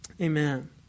Amen